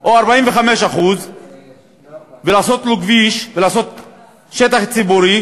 או 45% ולעשות לו כביש ולעשות שטח ציבורי,